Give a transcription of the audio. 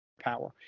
power